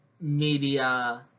media